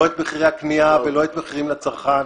לא את מחירי הקנייה ולא את מחירים לצרכן.